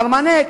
"מרמנת"